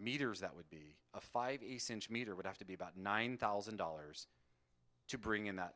meters that would be a five meter would have to be about nine thousand dollars to bring in that